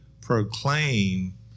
proclaim